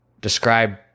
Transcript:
describe